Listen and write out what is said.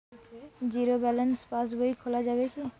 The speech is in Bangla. জীরো ব্যালেন্স পাশ বই খোলা যাবে কি?